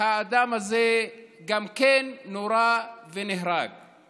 האדם הזה גם כן נורה ונהרג.